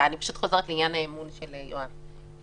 חוזרת לעניין האמון של יואב.